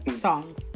songs